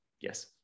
Yes